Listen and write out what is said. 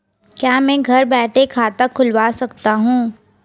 क्या मैं घर बैठे खाता खुलवा सकता हूँ?